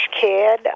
kid